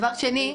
דבר שני,